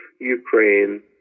Ukraine